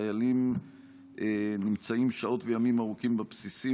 חיילים נמצאים שעות וימים ארוכים בבסיסים,